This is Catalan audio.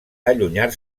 allunyar